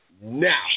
now